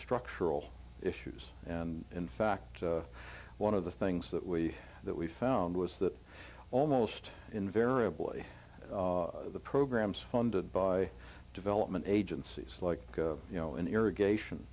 structural issues and in fact one of the things that we that we found was that almost invariably the programs funded by development agencies like you know irrigation